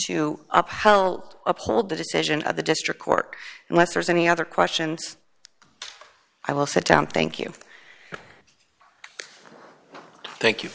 to upheld uphold the decision of the district court unless there's any other questions i will sit down thank you thank you